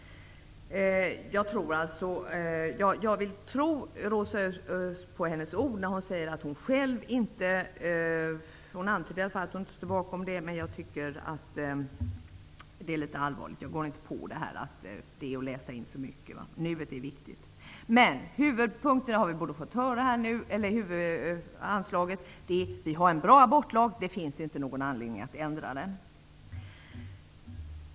Jag vill tro Rosa Östh på hennes ord, när hon säger att hon själv inte står bakom detta ''nu'', men jag tycker att det här är litet allvarligt. Jag går inte på talet om att läsa in för mycket. ''Nuet'' är viktigt. Huvudpunkten är, har vi fått höra här, att vi har en bra abortlag och att det inte finns någon anledning att ändra den.